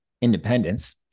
independence